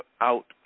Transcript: out